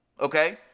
Okay